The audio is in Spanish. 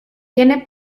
tiene